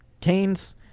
Canes